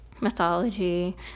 mythology